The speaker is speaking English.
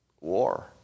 war